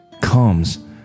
comes